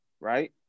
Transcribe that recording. right